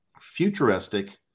futuristic